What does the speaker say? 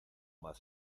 más